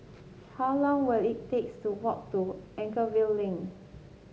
how long will it takes to walk to Anchorvale Link